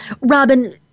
Robin